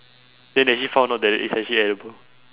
then they actually found out that it's actually edible